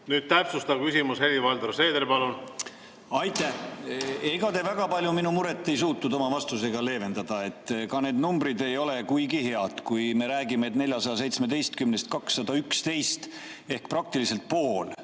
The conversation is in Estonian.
Nüüd täpsustav küsimus, Helir-Valdor Seeder, palun! Aitäh! Ega te väga palju ei suutnud minu muret oma vastusega leevendada. Need numbrid ei ole kuigi head. Kui me räägime, et 417‑st 211 ehk praktiliselt pool,